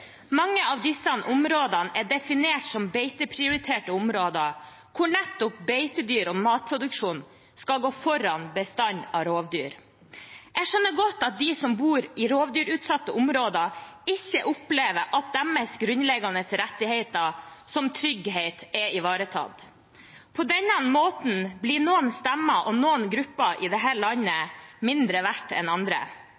Mange av disse områdene er definert som beiteprioriterte områder, hvor nettopp beitedyr og matproduksjon skal gå foran bestanden av rovdyr. Jeg skjønner godt at de som bor i rovdyrutsatte områder, ikke opplever at deres grunnleggende rettigheter, som f.eks. trygghet, er ivaretatt. På denne måten blir noen stemmer og noen grupper i dette landet mindre verdt enn andre. Det